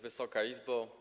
Wysoka Izbo!